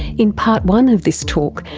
in part one of this talk,